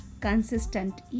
consistent